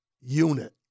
unit